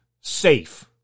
safe